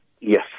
yes